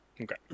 Okay